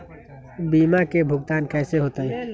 बीमा के भुगतान कैसे होतइ?